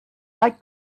like